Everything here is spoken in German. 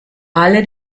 alle